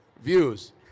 views